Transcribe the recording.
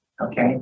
okay